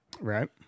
Right